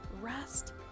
rest